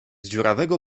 dziurawego